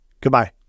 Goodbye